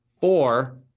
Four